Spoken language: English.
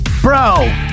Bro